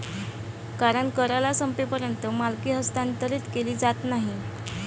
कारण करार संपेपर्यंत मालकी हस्तांतरित केली जात नाही